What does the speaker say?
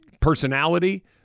personality